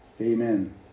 Amen